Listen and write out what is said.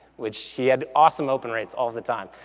which she had awesome open rights all the time.